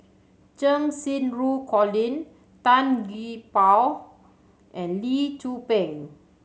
Cheng Xinru Colin Tan Gee Paw and Lee Tzu Pheng